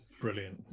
brilliant